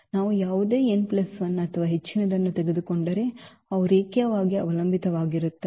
ನಾವು ಯಾವುದೇ n 1 ಅಥವಾ ಹೆಚ್ಚಿನದನ್ನು ತೆಗೆದುಕೊಂಡರೆ ಅವು ರೇಖೀಯವಾಗಿ ಅವಲಂಬಿತವಾಗಿರುತ್ತದೆ